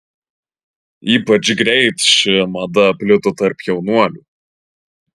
ypač greit ši mada plito tarp jaunuolių